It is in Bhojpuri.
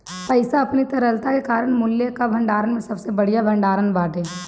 पईसा अपनी तरलता के कारण मूल्य कअ भंडारण में सबसे बढ़िया भण्डारण बाटे